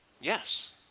Yes